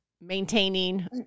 maintaining